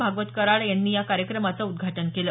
भागवत कराड यांनी या कार्यक्रमाचं उदघाटन केलं